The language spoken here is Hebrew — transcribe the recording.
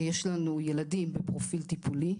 יש לנו ילדים בפרופיל טיפולי,